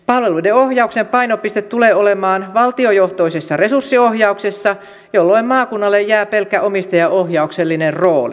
palveluiden ohjauksen painopiste tulee olemaan valtiojohtoisessa resurssiohjauksessa jolloin maakunnalle jää pelkkä omistajaohjauksellinen rooli